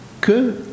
que